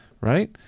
right